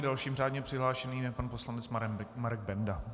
Dalším řádně přihlášeným je pan poslanec Marek Benda.